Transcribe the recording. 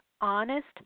honest